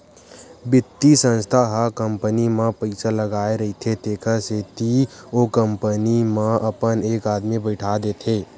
बित्तीय संस्था ह कंपनी म पइसा लगाय रहिथे तेखर सेती ओ कंपनी म अपन एक आदमी बइठा देथे